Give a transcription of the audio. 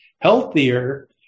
healthier